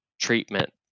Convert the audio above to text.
treatment